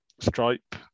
stripe